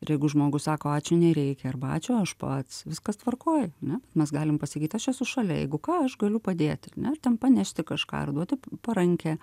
ir jeigu žmogus sako ačiū nereikia arba ačiū aš pats viskas tvarkoj ane mes galim pasakyt aš esu šalia jeigu ką aš galiu padėti ar ne ar ten panešti kažką ir duoti parankę